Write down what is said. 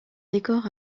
décor